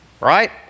Right